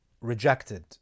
rejected